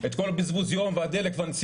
את כל הבזבוז של היום והדלק והנסיעות,